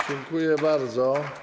Dziękuję bardzo.